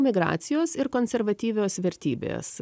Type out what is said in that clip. migracijos ir konservatyvios vertybės